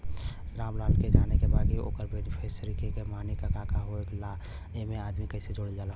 रामलाल के जाने के बा की बेनिफिसरी के माने का का होए ला एमे आदमी कैसे जोड़े के बा?